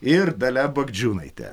ir dalia bagdžiūnaitė